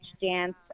dance